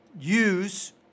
use